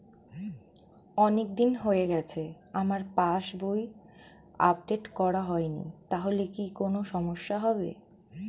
অনেকদিন হয়ে গেছে আমার পাস বই আপডেট করা হয়নি তাহলে কি কোন সমস্যা হবে?